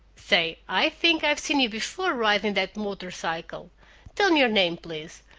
say, i think i've seen you before riding that motor-cycle tell me your name, please.